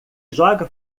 joga